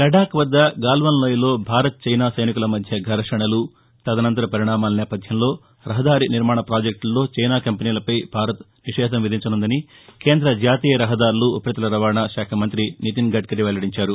లడఖ్ వద్ద గల్వాన్ లోయలో భారత్ చైనా సైనికుల మధ్య ఘర్షణలు తదనంతర పరిణామాల నేపథ్యంలో రహదారి నిర్మాణ పాజెక్టుల్లో చైనా కంపెనీలపై భారత్ నిషేధం విధించసుందని కేంద్ర జాతీయ రహదారులు ఉపరితల రవాణా శాఖ మంతి నితిన్ గద్భరీ వెల్లిటించారు